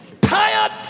tired